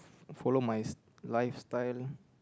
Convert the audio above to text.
follow my lifestyle